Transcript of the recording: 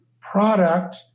product